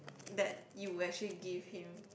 that you actually give him